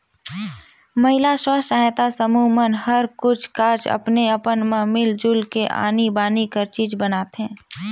महिला स्व सहायता समूह मन हर कुछ काछ अपने अपन मन मिल जुल के आनी बानी कर चीज बनाथे